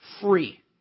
free